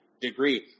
degree